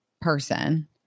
person